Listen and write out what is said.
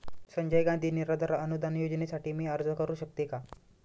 संजय गांधी निराधार अनुदान योजनेसाठी मी अर्ज करू शकते का?